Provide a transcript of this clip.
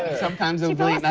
ah sometimes the